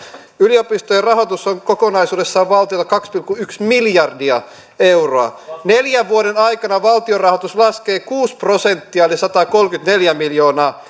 yliopistojen rahoitus on kokonaisuudessaan valtiolle kaksi pilkku yksi miljardia euroa neljän vuoden aikana valtion rahoitus laskee kuusi prosenttia eli satakolmekymmentäneljä miljoonaa